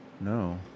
No